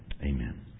Amen